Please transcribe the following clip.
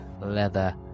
leather